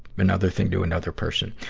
another thing to another person.